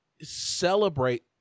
celebrate